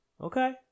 Okay